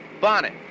Bonnet